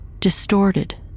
distorted